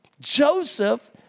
Joseph